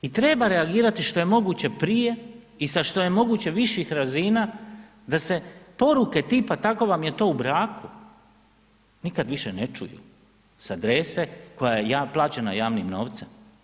I treba reagirati što je moguće prije i sa što je moguće viših razina da se poruke tipa tako vam je to u braku nikad više ne čuju, sa adrese koja je plaćena javnim novcem.